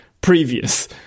previous